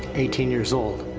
eighteen years old,